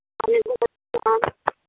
وعلیکم السلام